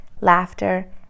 laughter